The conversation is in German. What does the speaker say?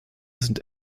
sind